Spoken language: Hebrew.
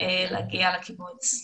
להגיע לקיבוץ,